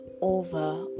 over